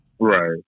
right